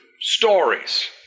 stories